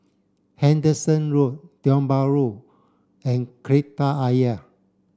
Henderson Road Tiong Bahru and Kreta Ayer